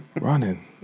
Running